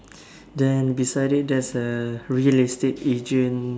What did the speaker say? then beside it there's a real estate agent